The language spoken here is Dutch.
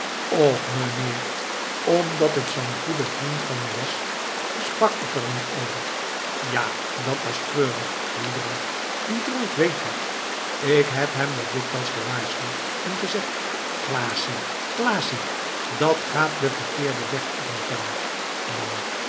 och meneer omdat t zoo'n goeie vrind van me was sprak ik er niet over ja dat was treurig die drank die drank weet wat ik heb hem wat dikwijls gewaarschuwd en gezegd klaassie klaassie dat gaat den verkeerden weg op met jou man